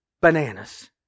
bananas